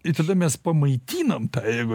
ir tada mes pamaitinam tą ego